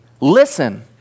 Listen